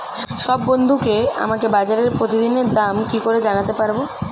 সব বন্ধুকে আমাকে বাজারের প্রতিদিনের দাম কি করে জানাতে পারবো?